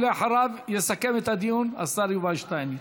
ואחריו יסכם את הדיון השר יובל שטייניץ.